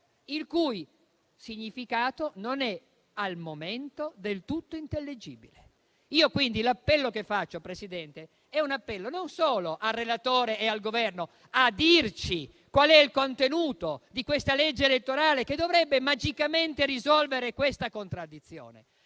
il cui significato non è al momento del tutto intellegibile? Pertanto, signor Presidente, rivolgo un appello, non solo al relatore e al Governo, a dirci qual è il contenuto di questa legge elettorale che dovrebbe magicamente risolvere questa contraddizione.